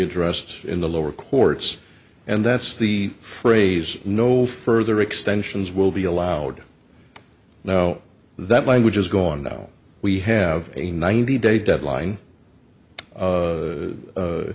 addressed in the lower courts and that's the phrase no further extensions will be allowed now that language is gone now we have a ninety day deadline